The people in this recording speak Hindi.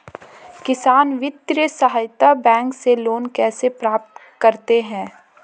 किसान वित्तीय सहायता बैंक से लोंन कैसे प्राप्त करते हैं?